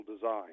design